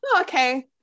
okay